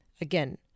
again